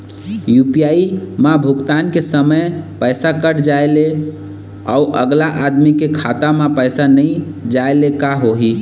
UPI म भुगतान के समय पैसा कट जाय ले, अउ अगला आदमी के खाता म पैसा नई जाय ले का होही?